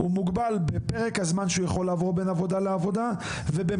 הוא מוגבל בפרק הזמן שהוא יכול לעבור בין עבודה לעבודה ובמספר